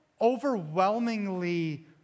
overwhelmingly